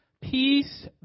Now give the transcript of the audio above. peace